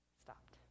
stopped